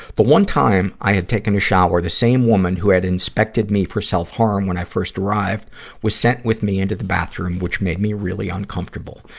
but one time i had taken a shower, the same woman who had inspected me for self-harm when i first arrived was sent with me into the bathroom, which made me really uncomfortable.